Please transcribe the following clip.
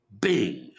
Bing